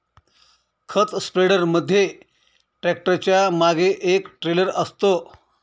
खत स्प्रेडर मध्ये ट्रॅक्टरच्या मागे एक ट्रेलर असतं